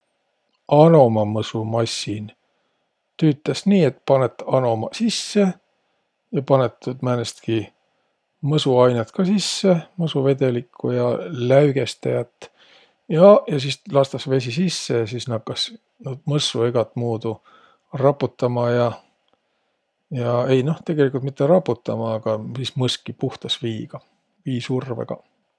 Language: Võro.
Anomamõsumassin tüütäs nii, et panõt anomaq sise ja panõt tuud määnestki mõsuainõt kah sisse, mõsuvedelikku ja läügestäjät. Ja sis lastas vesi sisse ja sis nakkas mõssu egät muudu raputama ja. Ja ei noh, tegeligult mitte raputama aga sis mõskki puhtas viiga.